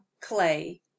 Clay